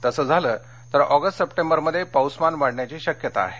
तसं झालं तर ऑगस्ट सप्टेंबरमध्ये पाऊसमान वाढण्याची शक्यता ाहे